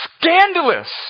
scandalous